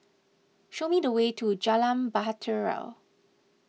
show me the way to Jalan Bahtera